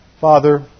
Father